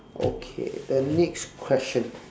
okay the next question